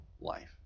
life